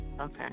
Okay